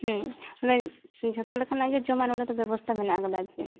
ᱚᱱᱮ ᱡᱚᱛᱚ ᱞᱮᱠᱟᱱᱟᱜ ᱜᱮ ᱡᱚᱢᱟᱜ ᱱᱚᱸᱰᱮ ᱫᱚ ᱵᱮᱵᱚᱥᱛᱟ ᱢᱮᱱᱟᱜ ᱟᱠᱟᱫᱟ ᱟᱨ ᱪᱮᱫ